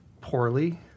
poorly